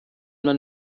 man